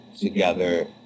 together